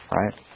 right